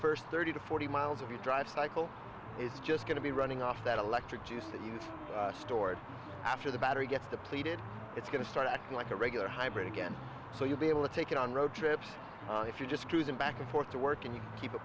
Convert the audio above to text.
first thirty to forty miles of your drive cycle it's just going to be running off that electric juice that you've stored after the battery gets depleted it's going to start acting like a regular hybrid again so you'll be able to take it on road trips if you're just cruising back and forth to work and you keep a